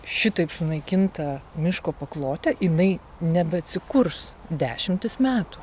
šitaip sunaikinta miško paklotė jinai nebeatsikurs dešimtis metų